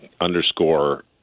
underscore